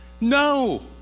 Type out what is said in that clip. no